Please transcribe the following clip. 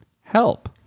Help